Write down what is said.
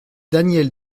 daniel